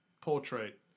portrait